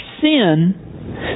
sin